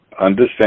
understand